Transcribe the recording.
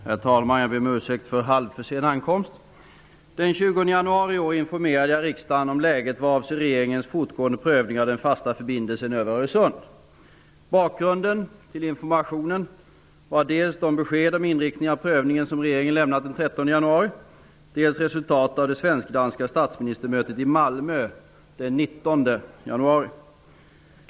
Herr talman! Jag ber om ursäkt för halvförsenad ankomst. Den 20 januari i år informerade jag riksdagen om läget vad avser regeringens fortgående prövning av den fasta förbindelsen över Bakgrunden till informationen var dels de besked om inriktningen av prövningen som regeringen lämnat den 13 januari, dels resultatet av det svenskdanska statsministermötet i Malmö den 19 januari.